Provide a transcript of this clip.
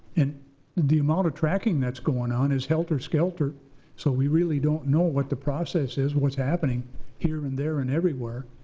and the amount of tracking that's going on is helter skelter so we really don't know what the process is, what's happening here and there and everywhere.